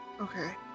Okay